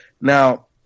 Now